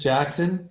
Jackson